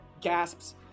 gasps